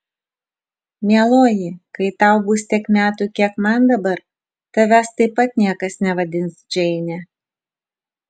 mieloji kai tau bus tiek metų kiek man dabar tavęs taip pat niekas nevadins džeine